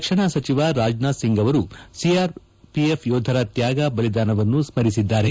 ರಕ್ಷಣಾ ಸಚಿವ ರಾಜನಾಥ್ ಸಿಂಗ್ ಅವರೂ ಸಿಆರ್ಎಫ್ ಯೋಧರ ತ್ಯಾಗ ಬಲಿದಾನವನ್ನು ಸ್ಮರಿಸಿದ್ದಾರೆ